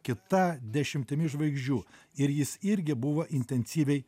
kita dešimtimi žvaigždžių ir jis irgi buvo intensyviai